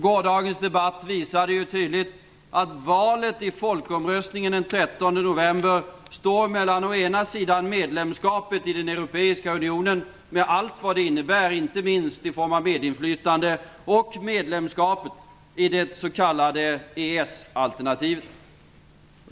Gårdagens debatt visade tydligt att valet i folkomröstningen den 13 november står mellan å ena sidan medlemskapet i Europeiska unionen, med allt vad det innebär inte minst i form av medinflytande, och medlemskap i det s.k. EES-alternativet.